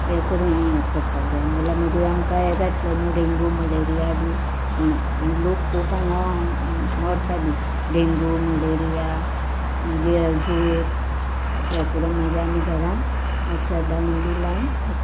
हें करून हें करपाक जाय नाल्यार मागीर आमकां हें जातलें न्हू डेंगू मलेरिया बी म्हणोन आनी लोक खूब हांगा मरता बी डेंगू मलेरिया मागीर झोर अशें हें करून मागीर आमी घरान मच्छर दाणी बी लायन न्हिदपाक जाये